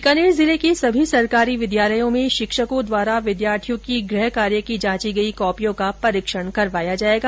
बीकानेर जिले के सभी सरकारी विद्यालयों में शिक्षकों द्वारा विद्यार्थियों की गृह कार्य की जांची गई कॉपियों का परीक्षण करवाया जाएगा